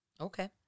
Okay